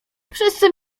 wszyscy